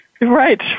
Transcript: Right